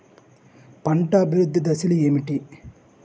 పంట అభివృద్ధి దశలు ఏమిటి?